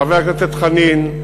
חבר הכנסת חנין,